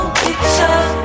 picture